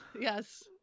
Yes